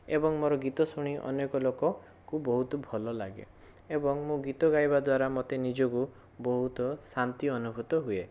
ଏବଂ ମୋର ଗୀତ ଶୁଣି ଅନେକ ଲୋକଙ୍କୁ ବହୁତ ଭଲ ଲାଗେ ଏବଂ ମୁଁ ଗୀତ ଗାଇବା ଦ୍ୱାରା ମୋତେ ନିଜକୁ ବହୁତ ଶାନ୍ତି ଅନୁଭୂତ ହୁଏ